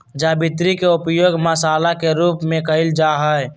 जावित्री के उपयोग मसाला के रूप में कइल जाहई